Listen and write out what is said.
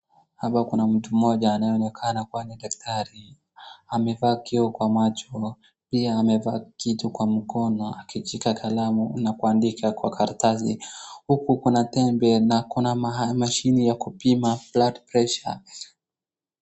Hapa kuna mtu mmoja anayeonekana kuwa ni daktari, amevaa kioo kwa macho. Pia amevaa kitu kwa mkono akishika kalamu na kuandika kwa karatasi. Huku kuna tembe na kuna mashini ya kupima blood pressure .